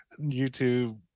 YouTube